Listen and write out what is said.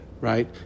right